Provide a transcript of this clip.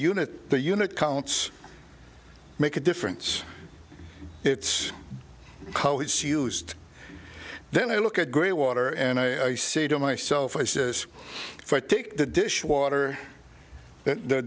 unit the unit counts make a difference it's codes used then i look at grey water and i say to myself i says for take the dish water the